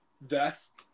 vest